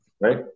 Right